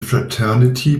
fraternity